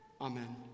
Amen